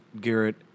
Garrett